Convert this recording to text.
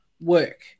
work